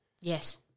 Yes